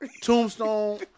Tombstone